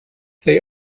they